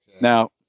Now